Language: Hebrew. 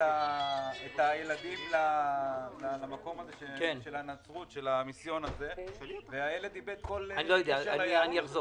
הילדים למיסיון הזה של הנצרות והילד איבד כל קשר